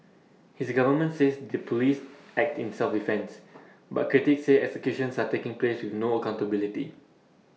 his government says the Police act in self defence but critics say executions are taking place with no accountability